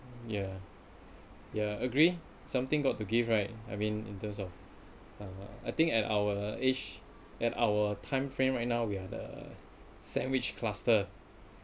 ya ya agree something got to give right I mean in terms of (uh)I think at our age at our time frame right now we are the sandwich cluster